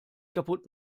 kaputt